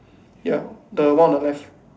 ya the one on left